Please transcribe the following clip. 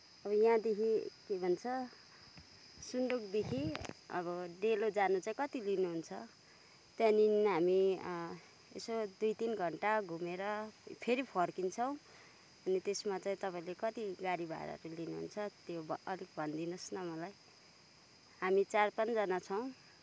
अब यहाँदेखि के भन्छ सुन्दुकदेखि अब चाहिँ डेलो जान कति लिनुहुन्छ त्यहाँदेखि हामी यसो दुई तिन घन्टा घुमेर फेरी फर्किन्छौँ अनि त्यसमा चाहिँ तपाईँले कति गाडी भाडा लिनुहुन्छ त्यो अलिक भनिदिनुहोस् न मलाई हामी चार पाँचजना छौँ